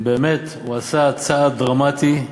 באמת, הוא עשה צעד דרמטי,